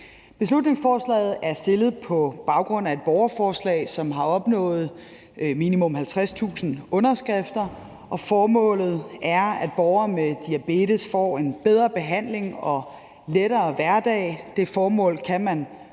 Beslutningsforslaget er fremsat på baggrund af et borgerforslag, som har opnået minimum 50.000 underskrifter, og formålet er, at borgere med diabetes får en bedre behandling og en lettere hverdag. Det formål kan man